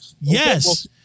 Yes